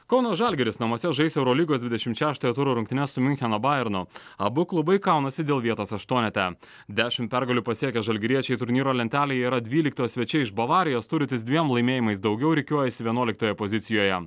kauno žalgiris namuose žais eurolygos dvidešim šeštojo turo rungtynes su miuncheno bajernu abu klubai kaunasi dėl vietos aštuonete dešim pergalių pasiekę žalgiriečiai turnyro lentelėje yra dvylikti o svečiai iš bavarijos turintys dviem laimėjimais daugiau rikiuojasi vienuoliktoje pozicijoje